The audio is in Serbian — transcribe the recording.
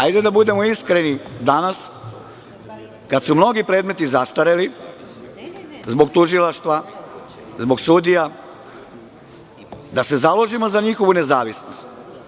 Hajde da budemo iskreni danas, kada su mnogi predmeti zastareli zbog tužilaštva, zbog sudija, da se založimo za njihovu nezavisnost.